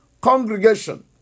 congregation